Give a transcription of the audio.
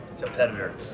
competitor